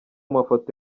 mafoto